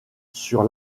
sur